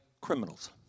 criminals